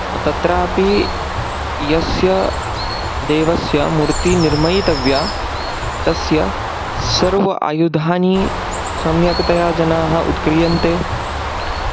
तत्रापि यस्य देवस्य मूर्तिः निर्मयितव्यः तस्य सर्वे आयुधानि सम्यक्तया जनाः उत्क्रियन्ते